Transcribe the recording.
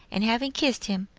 and having kissed him,